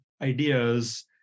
ideas